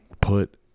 put